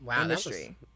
industry